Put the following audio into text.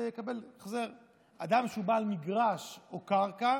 (זכות במקרקעין בקבוצת רכישה),